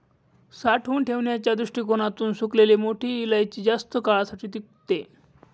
साठवून ठेवण्याच्या दृष्टीकोणातून सुकलेली मोठी इलायची जास्त काळासाठी टिकते